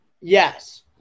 Yes